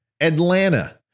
Atlanta